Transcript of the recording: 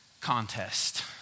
contest